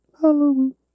Halloween